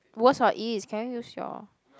was or is can you use your